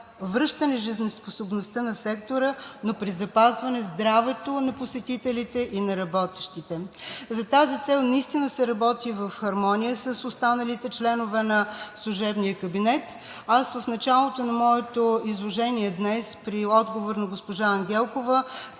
връщане жизнеспособността на сектора, но при запазване здравето на посетителите и на работещите. За тази цел наистина се работи в хармония с останалите членове на служебния кабинет. В началото на моето изложение днес при отговор на госпожа Ангелкова